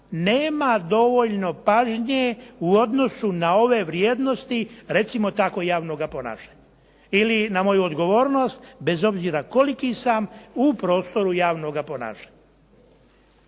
nema dovoljno pažnje u odnosu na ove vrijednosti recimo tako javnoga ponašanja. Ili na moju odgovornost, bez obzira koliki sam u prostoru javnoga ponašanja.